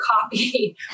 copy